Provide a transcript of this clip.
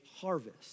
harvest